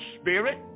spirit